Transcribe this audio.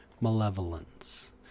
Malevolence